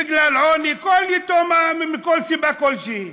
בגלל עוני, כל יתום, מכל סיבה שהיא.